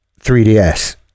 3DS